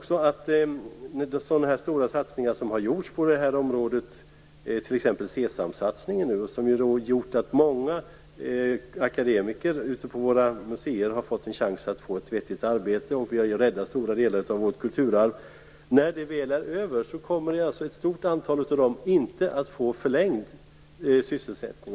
Stora satsningar har gjorts på det här området, t.ex. SESAM-satsningen. Den har gjort att många akademiker har fått en chans till vettigt arbete på våra museer, och vi har kunnat rädda stora delar av vårt kulturarv. När projektet väl är över kommer ett stort antal av dem inte att få förlängd sysselsättning.